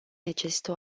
necesită